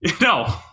No